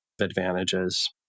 advantages